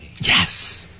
yes